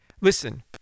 Listen